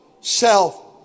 self